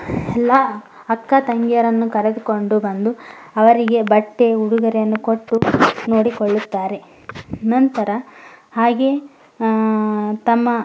ಎಲ್ಲ ಅಕ್ಕ ತಂಗಿಯರನ್ನು ಕರೆದುಕೊಂಡು ಬಂದು ಅವರಿಗೆ ಬಟ್ಟೆ ಉಡುಗೊರೆಯನ್ನು ಕೊಟ್ಟು ನೋಡಿಕೊಳ್ಳುತ್ತಾರೆ ನಂತರ ಹಾಗೆ ತಮ್ಮ